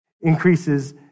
increases